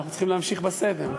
אנחנו צריכים להמשיך בסדר.